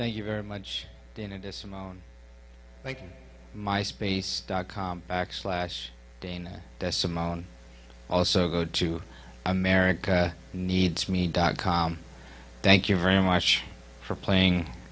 thank you very much dan it is some on like my space dot com backslash dana simone also good to america needs me dot com thank you very much for playing